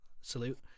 salute